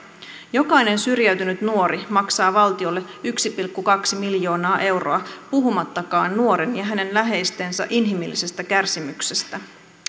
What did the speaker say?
jokainen syrjäytynyt nuori maksaa valtiolle yksi pilkku kaksi miljoonaa euroa puhumattakaan nuoren ja hänen läheistensä inhimillisestä kärsimyksestä